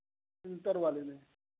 करवा लेने